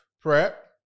Prep